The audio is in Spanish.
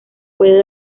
puede